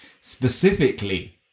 specifically